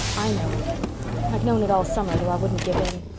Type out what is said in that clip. i know it i've known it all summer, though i wouldn't give in.